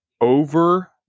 over